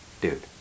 dude